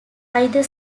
either